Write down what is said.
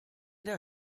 der